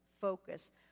focus